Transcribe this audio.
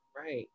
Right